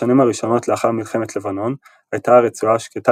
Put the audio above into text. בשנים הראשונות לאחר מלחמת לבנון הייתה הרצועה שקטה